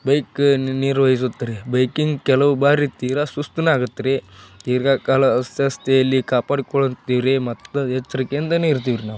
bike ನಿರ್ವಹಿಸುತ್ ರೀ biking ಕೆಲವು ಬಾರಿ ತೀರಾ ಸುಸ್ತೂ ಆಗುತ್ತೆ ರೀ ದೀರ್ಘಕಾಲ ಸಸ್ತೆಯಲ್ಲಿ ಕಾಪಾಡಿಕೊಳ್ತೀವಿ ರೀ ಮತ್ತು ಎಚ್ಚರಿಕೆಯಿಂದಲೇ ಇರ್ತೀವ್ರಿ ನಾವು